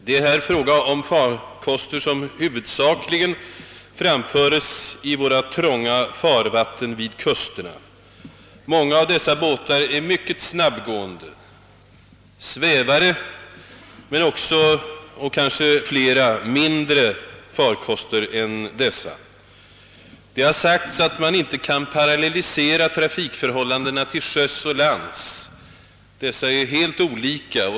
Det är härvidlag fråga om farkosier, som huvudsakligen framföres i våra trånga farvatten vid kusterna. Många av dessa båtar — plastbåtar och andra — är synnerligen snabbgående — det gäller t.ex. s.k. »svävare» men kanske ännu mera ännu talrikare, mindre farkoster än dessa. Det har sagts att man inte kan parallellisera trafikförhållandena till sjöss och till lands — desså är helt olika.